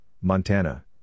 Montana